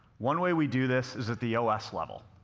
one way we do this is at the os level.